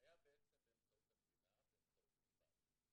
היה באמצעות המדינה באמצעות ענבל.